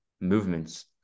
movements